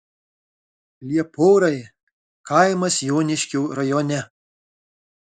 lieporai kaimas joniškio rajone